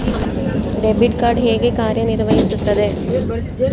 Debit card ಹೇಗೆ ಕಾರ್ಯನಿರ್ವಹಿಸುತ್ತದೆ?